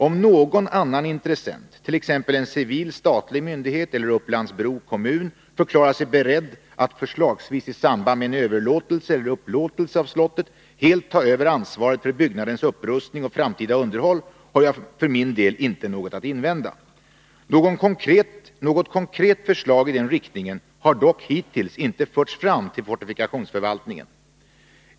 Om någon annan intressent, t.ex. en civil statlig myndighet eller Upplands-Bro kommun, förklarar sig beredd att förslagsvis i samband med en överlåtelse eller upplåtelse av slottet helt ta över ansvaret för byggnadens upprustning och framtida underhåll, har jag för min del inte något att invända. Något konkret förslag i den riktningen har dock hittills inte förts fram till fortifikationsförvaltningen.